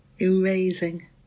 erasing